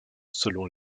selon